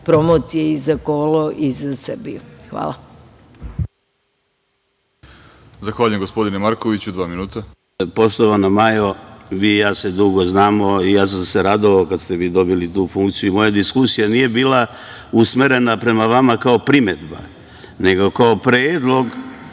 promocije za kolo i za Srbiju? Hvala.